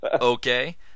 Okay